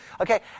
Okay